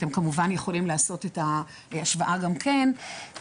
אתם כמובן יכולים לעשות את ההשוואה גם כן,